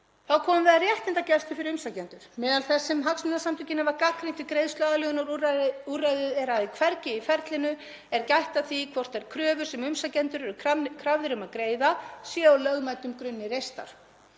Þá komum við að réttindagæslu fyrir umsækjendur. Meðal þess sem hagsmunasamtökin hafa gagnrýnt við greiðsluaðlögunarúrræðið er að hvergi í ferlinu er gætt að því hvort þær kröfur sem umsækjendur eru krafðir um að greiða séu á lögmætum grunni reistar.